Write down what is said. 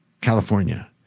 California